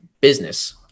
business